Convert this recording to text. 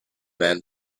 man